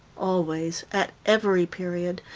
always, at every period,